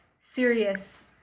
serious